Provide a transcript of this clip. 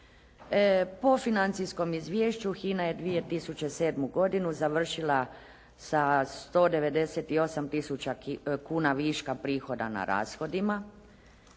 Po financijskom izvješću HINA je 2007. godinu završila sa 198000 kuna viška prihoda na rashodima.